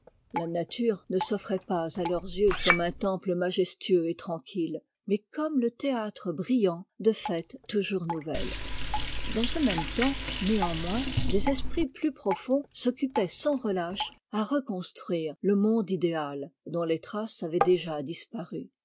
la nature ne s'offrait pas à leurs yeux comme un temple majestueux ettranqui e mais comme le théâtre brillant de fêtes toujours nouvelles dans ce même temps néanmoins des esprits plus profonds s'occupaient sans relâche à reconstruire le monde idéal dont les traces avaient déjà disparu